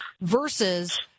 versus